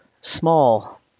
small